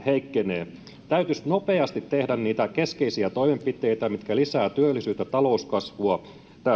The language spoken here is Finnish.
heikkenee täytyisi nopeasti tehdä niitä keskeisiä toimenpiteitä mitkä lisäävät työllisyyttä ja talouskasvua